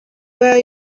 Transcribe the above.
where